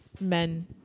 men